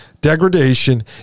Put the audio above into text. degradation